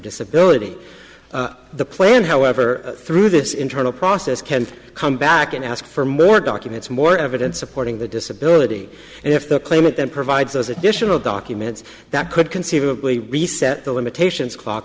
disability plan however through this internal process can come back and ask for more documents more evidence supporting the disability and if the claimant then provides those additional documents that could conceivably reset the limitations clock